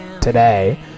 today